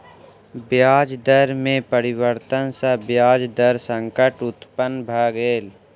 ब्याज दर में परिवर्तन सॅ ब्याज दर संकट उत्पन्न भ गेल